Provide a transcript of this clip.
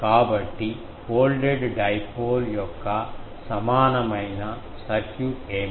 కాబట్టి folded dipole యొక్క సమానమైన సర్క్యూట్ ఏమిటి